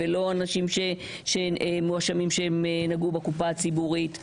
לא אנשים שמואשמים שהם נגעו בקופה הציבורית,